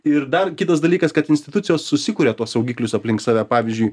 ir dar kitas dalykas kad institucijos susikuria tuos saugiklius aplink save pavyzdžiui